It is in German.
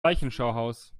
leichenschauhaus